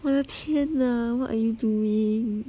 我的天呐 what are you doing